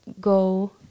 go